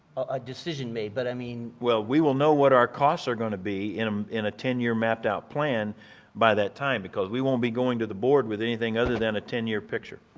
a decision made but i mean well, we will know what our costs are going to be in um in ten year mapped out plan by that time because we won't be going to the board with anything other than a ten year picture.